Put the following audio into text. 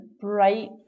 bright